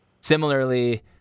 Similarly